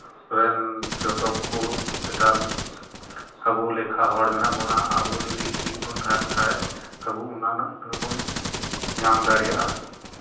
ᱨᱮᱱ ᱡᱚᱛᱚ ᱠᱚ ᱡᱮᱴᱟ ᱟᱵᱚ ᱞᱮᱠᱷᱟ ᱦᱚᱲ ᱢᱮᱱᱟᱜ ᱵᱚᱱᱟ ᱟᱵᱚ ᱡᱩᱫᱤ ᱴᱷᱤᱠ ᱵᱚᱱ ᱛᱟᱦᱮᱱ ᱠᱷᱟᱱ ᱟᱵᱚ ᱚᱱᱟ ᱨᱮᱱᱟᱜ ᱩᱛᱱᱟᱹᱣ ᱵᱚᱱ ᱧᱟᱢ ᱫᱟᱲᱮᱭᱟᱜᱼᱟ